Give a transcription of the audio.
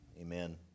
Amen